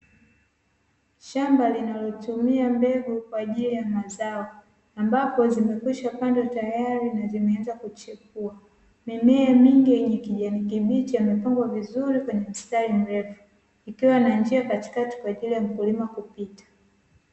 Shamba linalotumia mbegu kwa ajili ya mazao ambapo zimekwisha pandwa tayari na zimeanza kuchipua. Mimea mingi yenye kijani kibichi imepangwa vizuri kwenye mistari mrefu, ikiwa na njia katikati kwa ajili ya mkulima kupita.